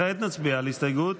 כעת נצביע על הסתייגות